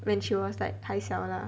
when she was like 还小 lah